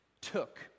Took